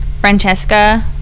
Francesca